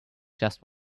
just